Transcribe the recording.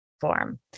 form